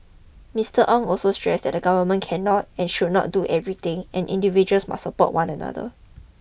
Mister Ong also stressed that the Government cannot and should not do everything and individuals must support one another